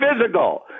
physical